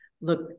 look